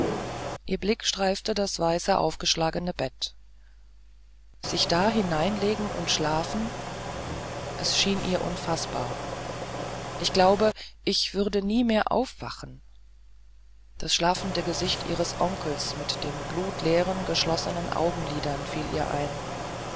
ihr blick streifte das weiße aufgeschlagene bett sich da hineinlegen und schlafen es schien ihr unfaßbar ich glaube ich würde nie mehr aufwachen das schlafende gesicht ihres onkels mit den blutleeren geschlossenen augenlidern fiel ihr ein